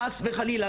חס וחלילה,